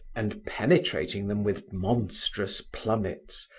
and penetrating them with monstrous plummets,